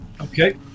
Okay